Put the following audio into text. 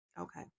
Okay